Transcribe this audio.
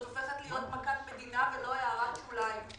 זאת הופכת להיות מכת מדינה, לא הערת שוליים.